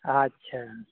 ᱟᱪᱪᱷᱟ